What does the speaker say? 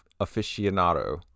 aficionado